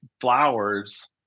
flowers